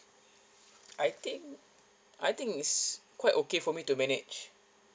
I think I think is quite okay for me to manage